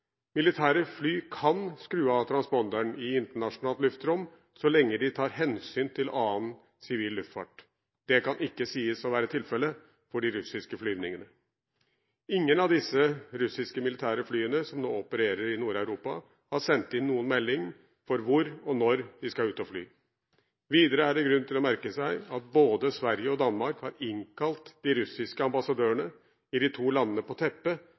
Militære fly kan skru av transponderen i internasjonalt luftrom, så lenge de tar hensyn til annen, sivil luftfart. Det kan ikke sies å være tilfellet for de russiske flyvningene. Ingen av de russiske militære flyene som nå opererer i Nord-Europa, har sendt inn noen melding om hvor og når de skal ut og fly. Videre er det grunn til å merke seg at både Sverige og Danmark har innkalt på teppet de russiske ambassadørene i de to landene